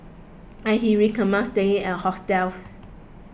and he recommends staying at hostels